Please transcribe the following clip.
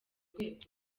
rwego